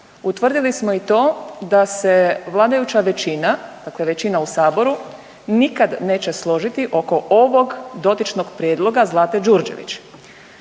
Utvrdili smo i to da se vladajuća većina, dakle većina u Saboru nikad neće složiti oko ovog dotičnog prijedloga Zlate Đurđević.